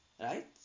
Right